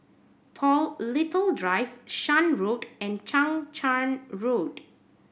Paul Little Drive Shan Road and Chang Charn Road